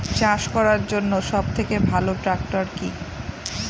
চাষ করার জন্য সবথেকে ভালো ট্র্যাক্টর কি?